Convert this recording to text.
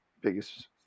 biggest